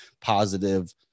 Positive